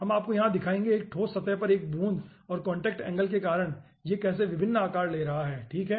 हम आपको यहां दिखाएंगे एक ठोस सतह पर एक बूंद और कांटेक्ट एंगल के कारण यह कैसे विभिन्न आकार ले रहा है ठीक है